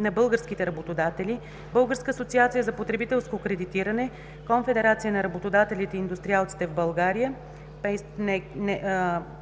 на българските работодатели, Българската асоциация за потребителско кредитиране, Конфедерацията на работодателите и индустриалците в България,